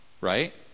right